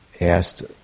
asked